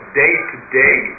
day-to-day